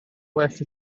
well